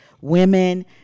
women